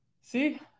See